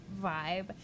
vibe